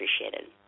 appreciated